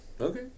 okay